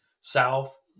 South